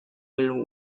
will